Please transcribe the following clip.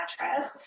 mattress